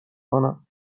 کنم